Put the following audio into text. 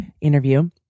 interview